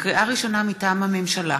לקריאה ראשונה, מטעם הממשלה: